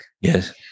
Yes